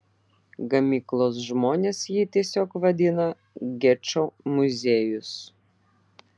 gamyklos žmonės jį tiesiog vadina gečo muziejus